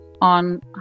on